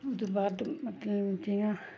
ओह्दे बाद मतलब जियां